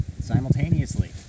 simultaneously